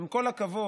עם כל הכבוד,